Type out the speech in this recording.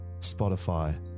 Spotify